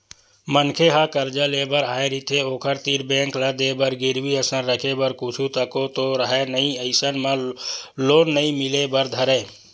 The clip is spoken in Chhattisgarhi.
मनखे ह करजा लेय बर आय रहिथे ओखर तीर बेंक ल देय बर गिरवी असन रखे बर कुछु तको तो राहय नइ अइसन म लोन नइ मिले बर धरय